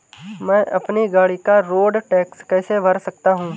मैं अपनी गाड़ी का रोड टैक्स कैसे भर सकता हूँ?